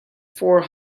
four